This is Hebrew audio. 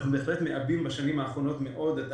בהחלט מעבים בשנים האחרונות מאוד את